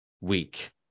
week